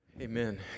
Amen